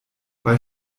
bei